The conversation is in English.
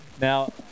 Now